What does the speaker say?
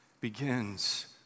begins